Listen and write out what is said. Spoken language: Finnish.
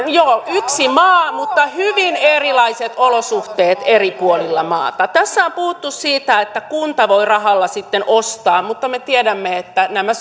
joo yksi maa mutta hyvin erilaiset olosuhteet eri puolilla maata tässä on puhuttu siitä että kunta voi rahalla sitten ostaa mutta me tiedämme että nämä